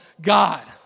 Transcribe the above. God